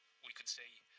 we can say,